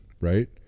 right